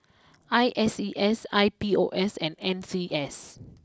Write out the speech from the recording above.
I S E S I P O S and N C S